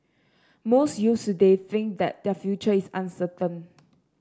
most youths today think that their future is uncertain